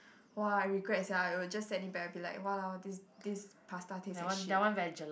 !wah! regret sia I will just sent it back be like !walao! this this pasta taste like shit